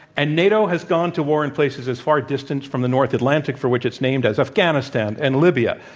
and nato has gone to war in places as far distanced from the north atlantic, for which it's named, as afghanistan and libya.